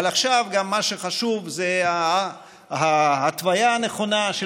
אבל עכשיו מה שחשוב זה גם ההתוויה הנכונה של